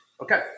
Okay